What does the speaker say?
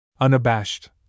Unabashed